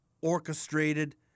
orchestrated